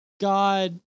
God